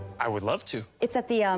i would love to. it's at the, um